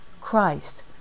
Christ